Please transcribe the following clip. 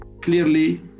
clearly